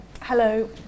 Hello